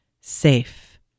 safe